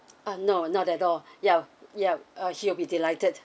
uh no not at all ya ya uh he'll be delighted